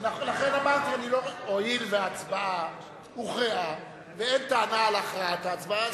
לכן אמרתי: הואיל וההצבעה הוכרעה ואין טענה על הכרעת ההצבעה,